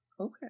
Okay